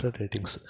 ratings